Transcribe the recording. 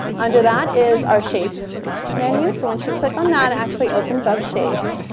under that is our shape menu, so once you click on that, it actually opens up shapes.